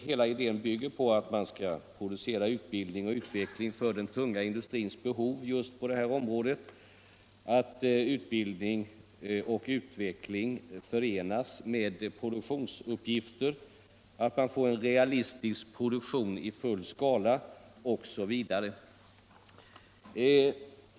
Hela idén bygger på att man skall producera utbildning och utveckling för den tunga industrins behov på just det här området, att utbildning och utveckling förenas med produktionsuppgifter, att man får en realistisk produktion i full skala osv.